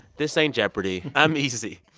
this ain't jeopardy. i'm easy.